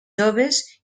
joves